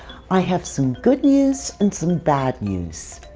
i have some good news and some bad news.